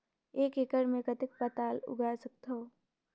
एक एकड़ मे कतेक पताल उगाय सकथव?